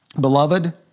beloved